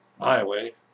highway